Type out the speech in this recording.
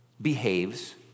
behaves